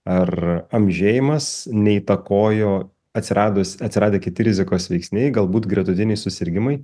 ar amžėjimas neįtakojo atsiradus atsiradę kiti rizikos veiksniai galbūt gretutiniai susirgimai